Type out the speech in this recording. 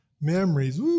Memories